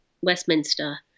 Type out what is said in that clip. westminster